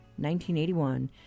1981